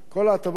כל ההטבות האלה,